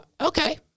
Okay